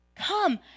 Come